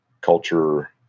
culture